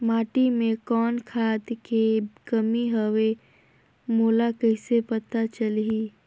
माटी मे कौन खाद के कमी हवे मोला कइसे पता चलही?